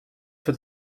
for